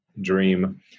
dream